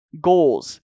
goals